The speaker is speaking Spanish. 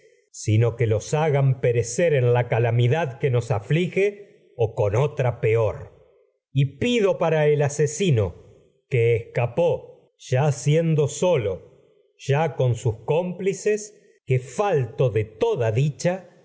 sino en que o los hagan perecer otra la calamidad que nos aflige con peor y pido para el asesino que escapó ya siendo cha solo ya con sus cómplices que falto una de toda di